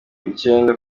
icyenda